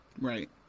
right